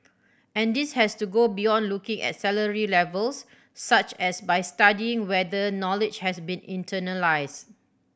and this has to go beyond looking at salary levels such as by studying whether knowledge has been internalised